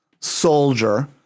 soldier